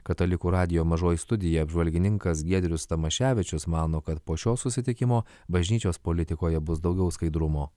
katalikų radijo mažoji studija apžvalgininkas giedrius tamaševičius mano kad po šio susitikimo bažnyčios politikoje bus daugiau skaidrumo